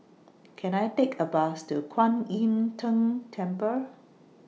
Can I Take A Bus to Kwan Im Tng Temple